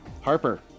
Harper